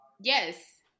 Yes